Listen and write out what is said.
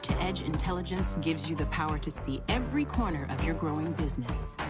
and intelligence gives you the power to see every corner of your growing business.